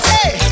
Hey